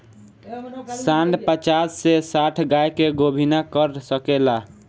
सांड पचास से साठ गाय के गोभिना कर सके ला